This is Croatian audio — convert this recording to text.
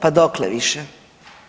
Pa dokle više?